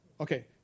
Okay